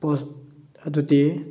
ꯄꯣꯠ ꯑꯗꯨꯗꯤ